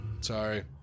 Sorry